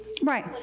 Right